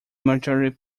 majority